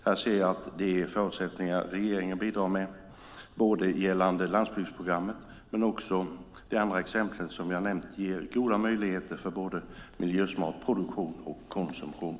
Här ser jag att de förutsättningar regeringen bidrar med, både gällande landsbygdsprogrammet men också de andra exempel som jag nämnt, ger goda möjligheter för både miljösmart produktion och konsumtion.